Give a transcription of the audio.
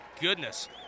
goodness